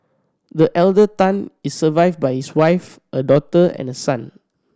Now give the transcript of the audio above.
the elder Tan is survived by his wife a daughter and a son